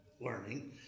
learning